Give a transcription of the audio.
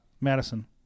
Madison